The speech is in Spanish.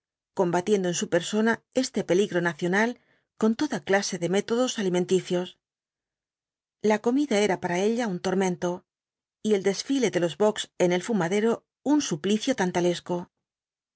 combatiendo en su persona este peligro nacional con toda clase de métodos alimenticios ija comida era para ella un tormento y el desfile de los bocks en el fumadero un suplicio